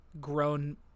grown